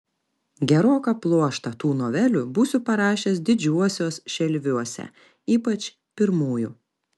geroką pluoštą tų novelių būsiu parašęs didžiuosiuos šelviuose ypač pirmųjų